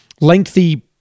lengthy